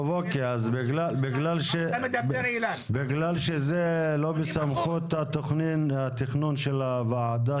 מכיוון שזה לא בתחום סמכות התכנון של הוועדה